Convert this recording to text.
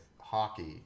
hockey